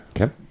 Okay